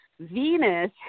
Venus